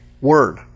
word